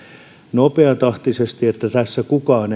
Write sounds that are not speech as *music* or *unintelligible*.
nopeatahtisesti eikä tässä kukaan *unintelligible*